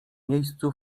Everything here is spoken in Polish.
miejscu